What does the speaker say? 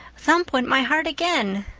thump went my heart again.